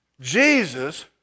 Jesus